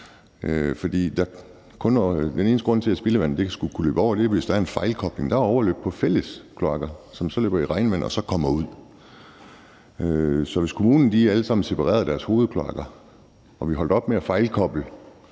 Den eneste grund til, at spildevand skulle kunne løbe over, er, hvis der er en fejlkobling. Der er overløb på fælles kloakker, som så løber i regnvand og kommer ud. Så hvis alle kommuner separerede deres hovedkloakker og vi holdt op med at fejlkoble,